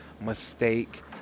mistake